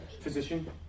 Physician